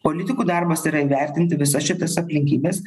politikų darbas yra įvertinti visas šitas aplinkybes